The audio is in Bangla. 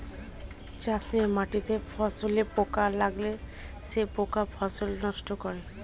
চাষের মাটিতে ফসলে পোকা লাগলে সেই পোকা ফসল নষ্ট করে